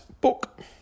book